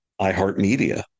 iHeartMedia